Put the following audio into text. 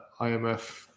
IMF